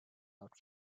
out